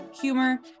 humor